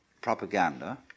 propaganda